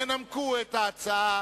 ינמקו את ההצעות